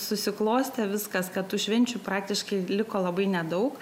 susiklostė viskas kad tų švenčių praktiškai liko labai nedaug